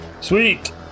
Sweet